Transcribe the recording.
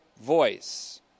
voice